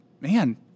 man